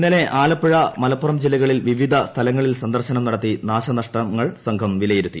ഇന്നലെ ആലപ്പുഴ മലപ്പുറം ജില്ലകളിൽ വിവിധ സ്ഥലങ്ങളിൽ സന്ദർശനം നടത്തി നാശനഷ്ടങ്ങൾ വിലയിരുത്തി